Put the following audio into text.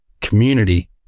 community